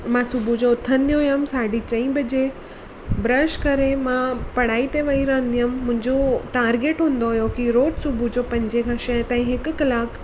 मां सुबुह जो उथंदी हुयमि साढी चंई बजे ब्रश करे मां पढ़ाई ते वई रहंदी हुयमि मुंहिंजो टार्गेट हूंदो हुयो की रोज सुबुह जो पंजे खां छह ताईं हिकु कलाकु